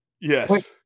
Yes